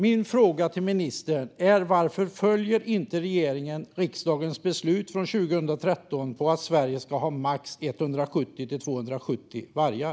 Min fråga till ministern är: Varför följer inte regeringen riksdagens beslut från 2013 att Sverige ska ha max 170-270 vargar?